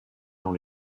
dans